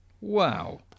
Wow